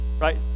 right